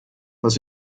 was